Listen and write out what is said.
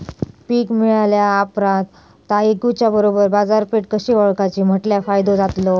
पीक मिळाल्या ऑप्रात ता इकुच्या बरोबर बाजारपेठ कशी ओळखाची म्हटल्या फायदो जातलो?